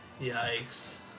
yikes